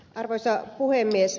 arvoisa puhemies